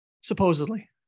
supposedly